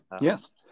Yes